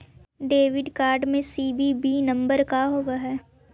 Debit card में CVV number का होव हइ?